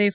F